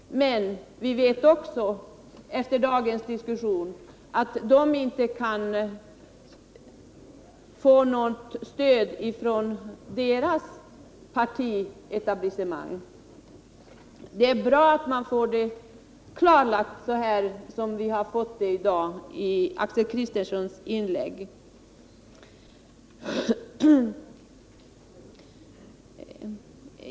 Men vi vet också efter dagens diskussion att de inte kan få något stöd från sina partietablissemang. Det är bra att få det klarlagt, såsom vi fått det i dag i Axel Kristianssons inlägg.